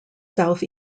south